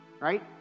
Right